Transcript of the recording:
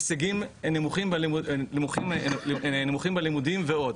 הישגים נמוכים בלימודים ועוד.